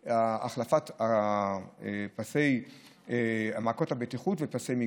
בעניין החלפת מעקות הבטיחות ופסי מיגון.